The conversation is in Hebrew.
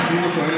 תראה,